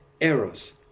errors